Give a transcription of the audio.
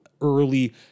early